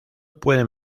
puede